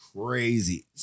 crazy